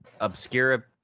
obscure